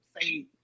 say